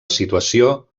situació